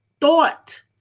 thought